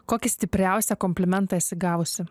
kokį stipriausią komplimentą esi gavusi